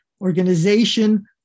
organization